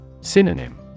Synonym